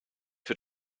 für